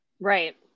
Right